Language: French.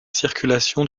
circulations